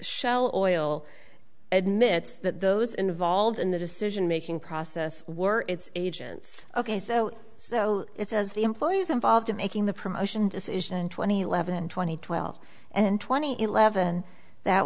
shell oil admits that those involved in the decision making process were its agents ok so so it's as the employees involved in making the promotion decision twenty eleven twenty twelve and twenty eleven that